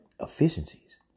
efficiencies